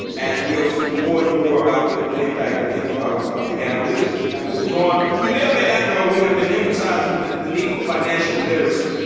and we'll see more and more about the the impact of of the analytics as time goes on. you may or may not know, we have been emphasizing the the need for financial literacy,